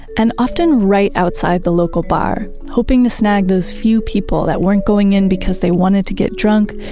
and often right outside the local bar, hoping to snag those few people that weren't going in because they wanted to get drunk,